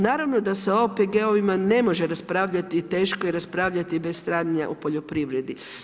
Naravno da se o OPG-ovima ne može raspravljati i teško je raspravljati bez stanja u poljoprivredi.